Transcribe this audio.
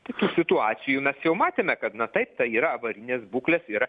tokių situacijų mes jau matėme kad na taip tai yra avarinės būklės yra